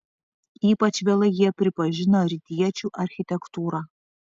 ypač vėlai jie pripažino rytiečių architektūrą